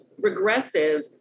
regressive